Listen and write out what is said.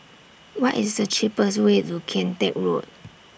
What IS The cheapest Way to Kian Teck Road